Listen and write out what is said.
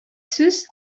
сүз